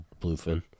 bluefin